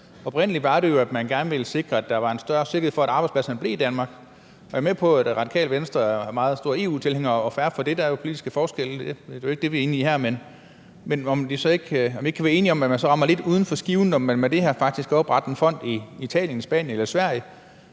Oprindelig var det jo sådan, at man gerne ville sikre, at der var en større sikkerhed for, at arbejdspladserne blev i Danmark. Jeg er med på, at Det Radikale Venstre er meget store EU-tilhængere, og fair nok. Der er politiske forskelle; det er jo ikke det, vi er inde på her. Men kan vi så ikke være enige om, at man rammer lidt uden for skiven, når man med det her faktisk kan oprette en fond i Italien, i Spanien eller i Sverige